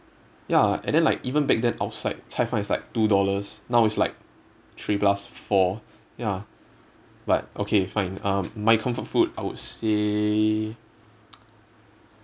ya and then like even back then outside cai fan is like two dollars now is like three plus four ya but okay fine um my comfort food I would say